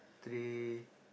three